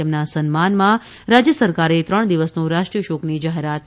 તેમના સન્માનમાં રાજ્ય સરકારે ત્રણ દિવસનો રાષ્ટ્રીય શોકની જાહેરાત કરી છે